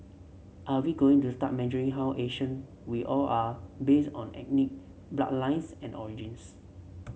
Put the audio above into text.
are we going to start measuring how Asian we all are based on ethnic bloodlines and origins